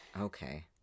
okay